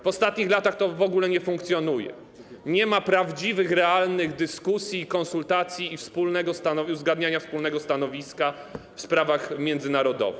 W ostatnich latach to w ogóle nie funkcjonuje, nie ma prawdziwych, realnych dyskusji, konsultacji i uzgadniania wspólnego stanowiska w sprawach międzynarodowych.